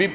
V